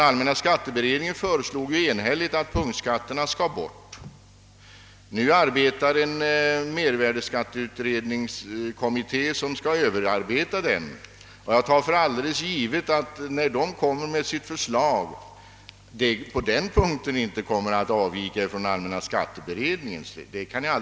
som bekant att punktskatterna skall borttagas, och nu arbetar mervärdeskatteutredningen med en överarbetning av dessa skatter. Jag tar också för givet att utredningens förslag på den punkten inte kommer att avvika från allmänna skatteberedningens.